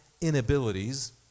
inabilities